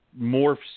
morphs